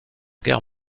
guerre